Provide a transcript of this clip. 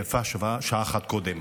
ויפה שעה אחת קודם.